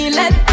let